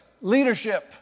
leadership